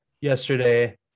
yesterday